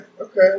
Okay